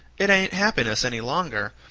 it ain't happiness any longer,